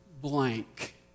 blank